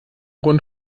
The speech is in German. rund